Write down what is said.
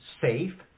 safe